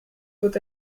faut